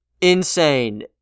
insane